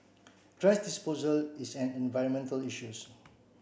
thrash disposal is an environmental issues